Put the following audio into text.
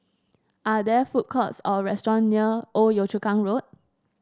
are there food courts or restaurant near Old Yio Chu Kang Road